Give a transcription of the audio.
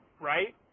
Right